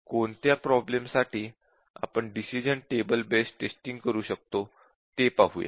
कोणत्या प्रॉब्लेम्स साठी आपण डिसिश़न टेबल बेस्ड टेस्टिंग करू शकतो ते पाहूया